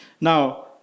Now